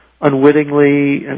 unwittingly